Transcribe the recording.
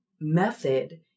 method